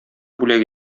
бүләк